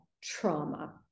trauma